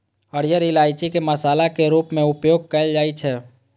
हरियर इलायची के मसाला के रूप मे उपयोग कैल जाइ छै